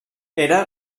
era